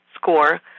score